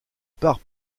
part